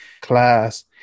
class